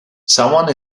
someone